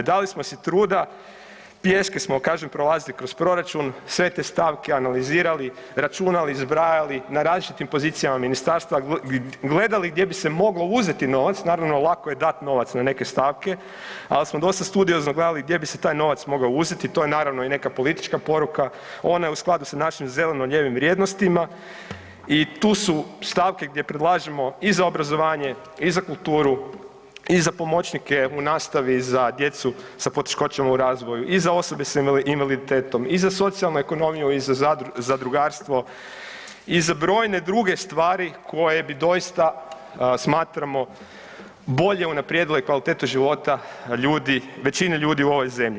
Dali smo si truda, pješke smo kažem prolazili kroz proračun, sve te stavke analizirali, računali, zbrajali na različitim pozicijama ministarstva, gledali gdje bi se moglo uzeti novac, naravno lako je dati novac na neke stavke, ali smo dosta studiozno gledali gdje bi se taj novac mogao uzeti, to je naravno i neka politička poruka, ona je u skladu sa našim zeleno-lijevim vrijednostima i tu su stavke gdje predlažemo i za obrazovanje i za kulturu i za pomoćnike u nastavi za djecu sa poteškoćama u razvoju i za osobe sa invaliditetom i za socijalnu ekonomiju i za zadrugarstvo i za brojne druge stvari koje bi doista smatramo bolje unaprijedile kvalitetu života ljudi, većine ljudi u ovoj zemlji.